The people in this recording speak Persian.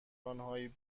آنهایی